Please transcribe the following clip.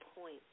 point